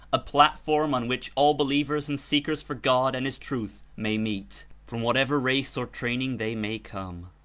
a platform on which all believers and seekers for god and his truth may meet, from whatever race or training they may come.